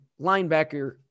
linebacker